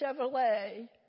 Chevrolet